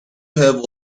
have